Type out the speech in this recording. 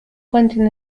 finding